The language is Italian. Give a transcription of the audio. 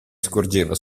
scorgeva